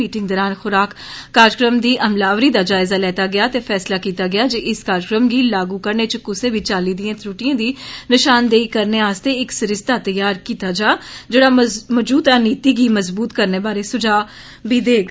meeting दौरान खुराक कार्जक्रम दी अमलावरी दा जायज़ा लैता गेआ ते फैसला कीता गेआ जे इस कार्जक्रम गी लागू करने च कुसै बी चाल्ली दिएं त्रुटियें दी निशानदेई करने आस्तै इक सरिस्ता तैयार कीता जा जेहड़ा मौजूदा नीति गी मजबूत करने बारै सुझाव दी देग